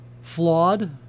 flawed